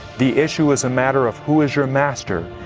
the issue is a matter of who is your master?